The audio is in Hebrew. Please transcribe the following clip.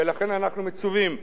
ולכן אנחנו מצווים,